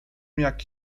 jak